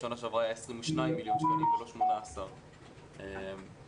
שנה שעברה היה 22,000,000 ₪ ולא 18,000,000 ₪.